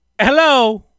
hello